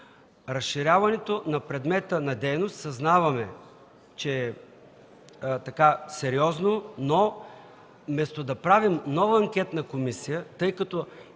Разширяването на предмета на дейност, съзнаваме, че е сериозно, но вместо да правим нова анкетна комисия, тъй като